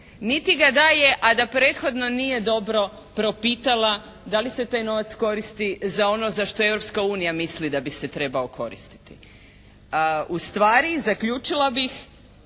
niti ga daje, a da prethodno nije dobro propitala da li se taj novac koristi za ono za što Europska unija misli da bi se trebao koristiti. Ustvari zaključila bih